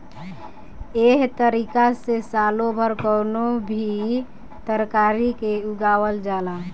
एह तारिका से सालो भर कवनो भी तरकारी के उगावल जाला